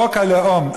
חוק הלאום,